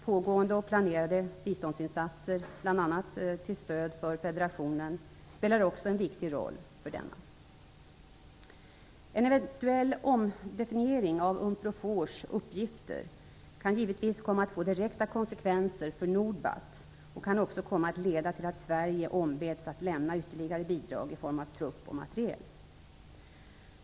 Pågående och planerade biståndsinsatser, bl.a. till stöd för federationen, spelar också en viktig roll för denna. En eventuell omdefiniering av Unprofors uppgifter kan givetvis komma att få direkta konsekvenser för Nordbat och kan också komma att leda till att Sverige ombeds att lämna ytterligare bidrag i form av trupp och materiel.